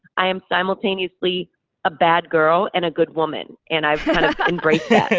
i am simultaneously a bad girl and a good woman. and i've and yeah